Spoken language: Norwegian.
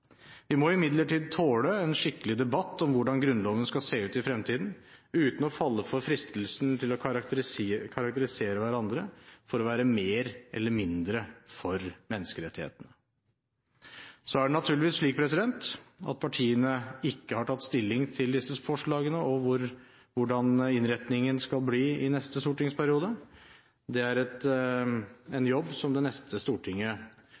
Vi må imidlertid tåle en skikkelig debatt om hvordan Grunnloven skal se ut i fremtiden, uten å falle for fristelsen til å karakterisere hverandre som å være mer eller mindre for menneskerettighetene. Så er det naturligvis slik at partiene ikke har tatt stilling til disse forslagene, og hvordan innretningen skal bli i neste stortingsperiode. Det er en jobb som det neste Stortinget